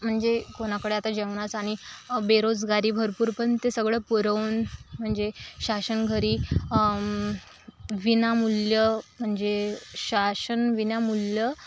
म्हणजे कोणाकडे आता जेवणाचं आणि बेरोजगारी भरपूर पण ते सगळं पुरवून म्हणजे शासन घरी विनामूल्य जे शासन विनामूल्य